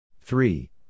three